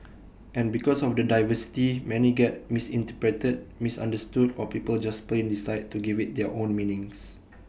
and because of the diversity many get misinterpreted misunderstood or people just plain decide to give IT their own meanings